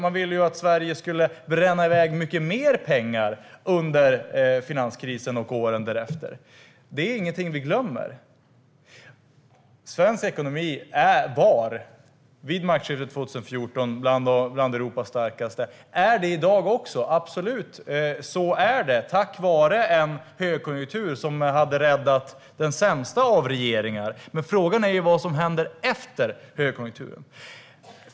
Man ville att Sverige skulle bränna iväg mycket mer pengar under finanskrisen och åren därefter. Det är ingenting vi glömmer. Svensk ekonomi var vid maktskiftet 2014 bland Europas starkaste. Den är det i dag också. Absolut - så är det! Det är tack vare en högkonjunktur som hade räddat den sämsta av regeringar. Men frågan är vad som händer efter högkonjunkturen.